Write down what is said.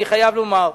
אני חייב לומר.